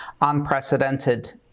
unprecedented